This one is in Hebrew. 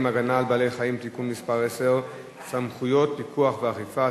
(הגנה על בעלי-חיים) (תיקון מס' 10) (סמכויות פיקוח ואכיפה),